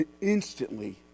instantly